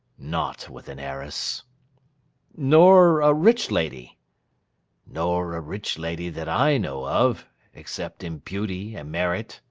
not with an heiress nor a rich lady nor a rich lady that i know of except in beauty and merit